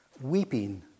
weeping